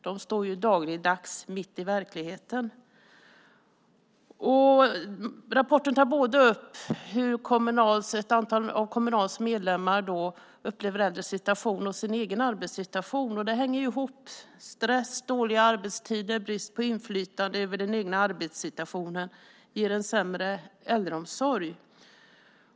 De står dagligdags mitt i verkligheten. Rapporten tar upp hur ett antal av Kommunals medlemmar upplever de äldres situation och sin egen arbetssituation. Det hänger ju ihop. Stress, dåliga arbetstider och brist på inflytande över den egna arbetssituationen ger en sämre äldreomsorg.